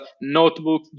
Notebook